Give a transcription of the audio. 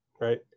right